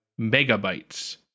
megabytes